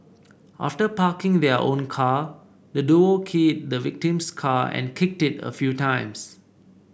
after parking their own car the duo keyed the victim's car and kicked it a few times